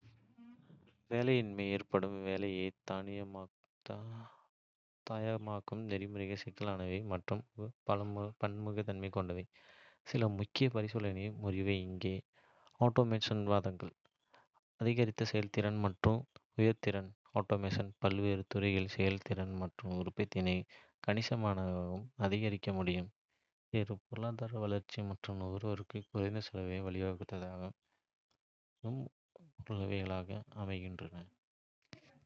வேலையின்மையை ஏற்படுத்தும் வேலைகளை தானியக்கமாக்குவதற்கான நெறிமுறைகள் சிக்கலானவை மற்றும் பன்முகத்தன்மை கொண்டவை. சில முக்கிய பரிசீலனைகளின் முறிவு இங்கே: ஆட்டோமேஷனுக்கான வாதங்கள்: அதிகரித்த செயல்திறன் மற்றும் உற்பத்தித்திறன்: ஆட்டோமேஷன் பல்வேறு துறைகளில் செயல்திறன் மற்றும் உற்பத்தித்திறனை கணிசமாக அதிகரிக்க முடியும், இது பொருளாதார வளர்ச்சி மற்றும் நுகர்வோருக்கு குறைந்த செலவுகளுக்கு வழிவகுக்கும்.